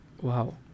Wow